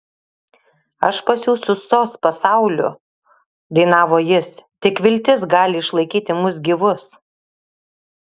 aš pasiųsiu sos pasauliu dainavo jis tik viltis gali išlaikyti mus gyvus